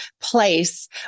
place